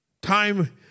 time